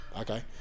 Okay